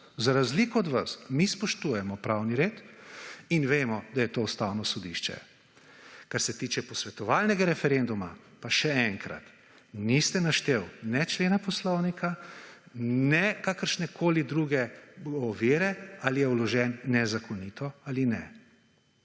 z razliko do vas, mi spoštujemo pravni red in vemo, da je to Ustavno sodišče. Kar se tiče posvetovalnega referenduma, pa še enkrat: niste našteli ne člena Poslovnika, ne kakršnekoli druge ovire, ali je vložen nezakonito ali ne.